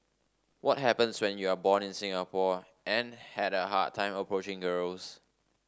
what happens when you are born in Singapore and had a hard time approaching girls